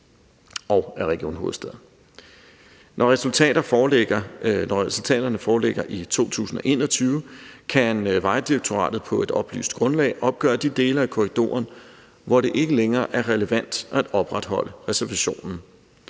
og af Region Hovedstaden. Når resultaterne foreligger i 2021, kan Vejdirektoratet på et oplyst grundlag opgøre, hvilke dele af korridoren det ikke længere er relevant at opretholde reservationen